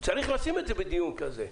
צריך לשים את זה בדיון כזה.